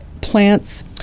plants